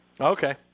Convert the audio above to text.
Okay